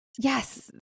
yes